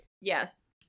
Yes